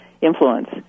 influence